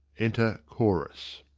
enter chorus.